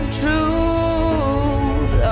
truth